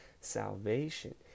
salvation